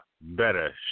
better